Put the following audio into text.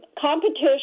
Competition